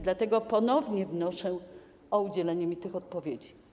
Dlatego ponownie wnoszę o udzielenie tych odpowiedzi.